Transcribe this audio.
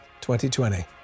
2020